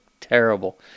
terrible